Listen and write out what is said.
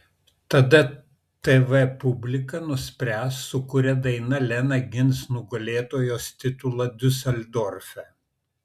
tada tv publika nuspręs su kuria daina lena gins nugalėtojos titulą diuseldorfe